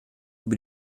über